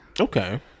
Okay